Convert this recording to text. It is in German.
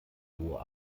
hohe